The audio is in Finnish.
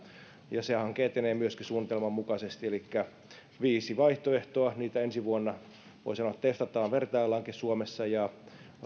ja se hanke etenee myöskin suunnitelman mukaisesti elikkä viisi vaihtoehtoa joita ensi vuonna voi sanoa testataan ja vertaillaankin suomessa ja